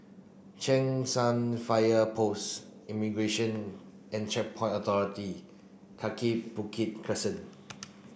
Cheng San Fire Post Immigration and Checkpoint Authority Kaki Bukit Crescent